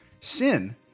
Sin